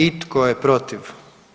I tko je protiv?